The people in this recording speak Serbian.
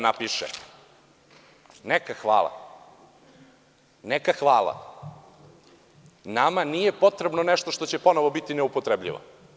Nama nije potrebno nešto što će ponovo biti neupotrebljivo.